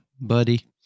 buddy